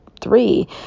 Three